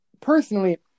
personally